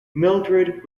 mildred